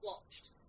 watched